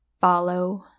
follow